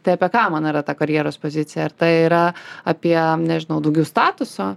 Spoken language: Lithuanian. tai apie ką man yra ta karjeros pozicija ar tai yra apie nežinau daugiau statuso